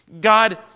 God